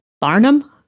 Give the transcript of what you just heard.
Barnum